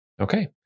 Okay